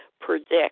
predict